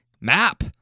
map